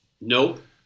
Nope